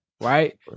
Right